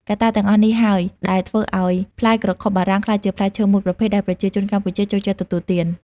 កត្តាទាំងអស់នេះហើយដែលធ្វើឱ្យផ្លែក្រខុបបារាំងក្លាយជាផ្លែឈើមួយប្រភេទដែលប្រជាជនកម្ពុជាចូលចិត្តទទួលទាន។